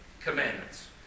commandments